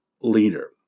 leader